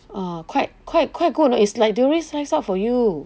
err quite quite quite good leh they already slice up for you